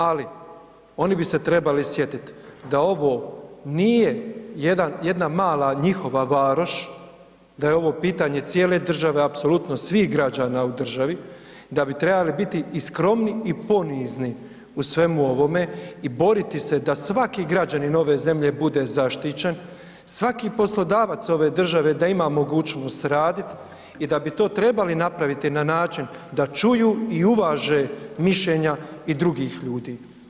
Ali, oni bi se trebali sjetiti, da ovo nije jedan, jedna mala njihova varoš, da je ovo pitanje cijele države, apsolutno svih građana u državi, da bi trebala biti i skromni i ponizni u svemu ovome i boriti se da svaki građanin ove zemlje bude zaštićen, svaki poslodavac ove države da ima mogućnost raditi i da bi to trebali napraviti na način da čuju i uvaže mišljenja i drugih ljudi.